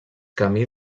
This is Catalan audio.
camí